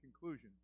conclusion